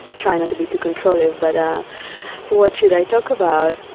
trying not to be too controlling, but what should i talk about,